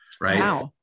right